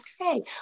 Okay